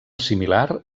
similar